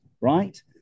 right